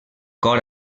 cor